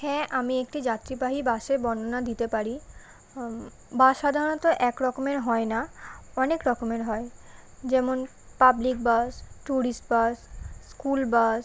হ্যাঁ আমি একটি যাত্রীবাহী বাসের বর্ণনা দিতে পারি বাস সাধারণত এক রকমের হয় না অনেক রকমের হয় যেমন public bus tourist bus school বাস